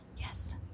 Yes